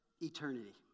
eternity